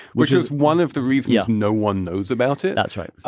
which is one of the reasons yeah no one knows about it that's right.